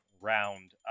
round